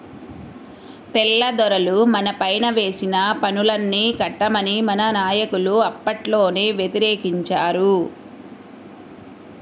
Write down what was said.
తెల్లదొరలు మనపైన వేసిన పన్నుల్ని కట్టమని మన నాయకులు అప్పట్లోనే వ్యతిరేకించారు